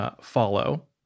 follow